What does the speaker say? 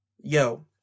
yo